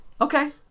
Okay